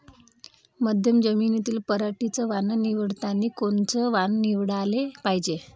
मध्यम जमीनीत पराटीचं वान निवडतानी कोनचं वान निवडाले पायजे?